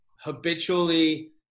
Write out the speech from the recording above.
habitually